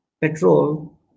petrol